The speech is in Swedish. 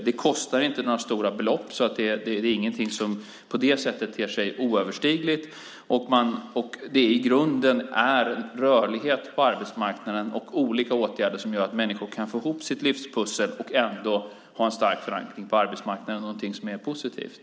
Det kostar inte några stora belopp så det är ingenting som på det sättet ter sig oöverstigligt. I grunden är det rörlighet på arbetsmarknaden och olika åtgärder som gör att människor kan få ihop sina livspussel och ändå ha en stark förankring på arbetsmarknaden, någonting som är positivt.